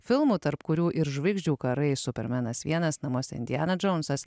filmų tarp kurių ir žvaigždžių karai supermenas vienas namuose indiana džounsas